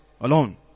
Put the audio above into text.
alone